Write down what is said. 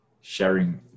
sharing